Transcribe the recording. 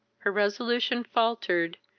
her resolution faltered,